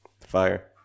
Fire